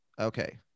Okay